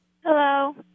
Hello